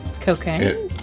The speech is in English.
Cocaine